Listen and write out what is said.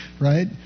right